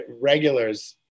regulars